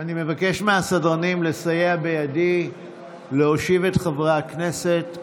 אני מבקש מהסדרנים לסייע בידי להושיב את חברי הכנסת.